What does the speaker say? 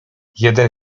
jeden